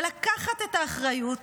לקחת את האחריות